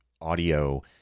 audio